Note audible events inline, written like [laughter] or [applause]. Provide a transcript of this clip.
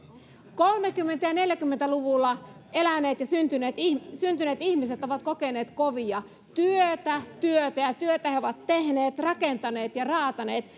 kolmekymmentä ja neljäkymmentä luvulla eläneet ja syntyneet ihmiset ovat kokeneet kovia työtä työtä ja työtä he ovat tehneet rakentaneet ja raataneet [unintelligible]